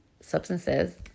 substances